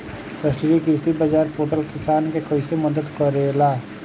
राष्ट्रीय कृषि बाजार पोर्टल किसान के कइसे मदद करेला?